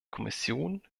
kommission